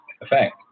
effect